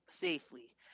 safely